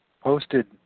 posted